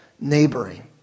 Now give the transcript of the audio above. neighboring